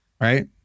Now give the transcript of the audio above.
Right